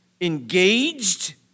engaged